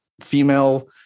female